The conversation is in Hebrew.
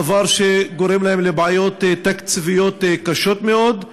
דבר שגורם להם לבעיות תקציביות קשות מאוד?